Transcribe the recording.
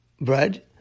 bread